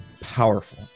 powerful